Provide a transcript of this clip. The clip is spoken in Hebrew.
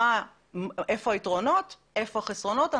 איפה היתרונות ואיפה החסרונות.